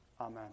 Amen